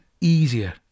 easier